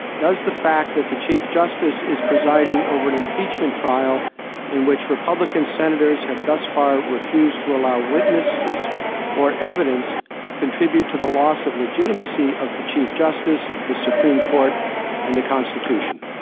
does the fact that the chief justice is presiding over an impeachment trial in which republican senators have thus far refused to allow witnesses or evidence contribute to the loss of legitimacy of the chief justice, the supreme court and the constitution?